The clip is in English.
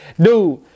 Dude